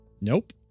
Nope